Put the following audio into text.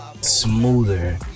smoother